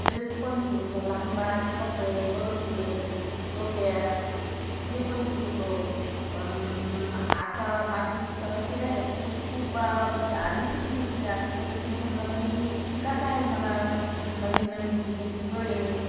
dress पण शिवतो लहान बाळाचे कपडे गेले होते टोप्या हे पण शिवतो पण आता माझी इच्छा अशी आहे की खूप मी आधी शिकली होती आता तिच्यातून समजा काही शिकायचं आहे मला नवीन नवीन डिजाईनचे गळे